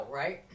right